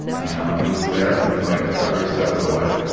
you know and he was there for me, like, every step of the way.